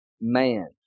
man